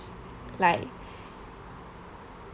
like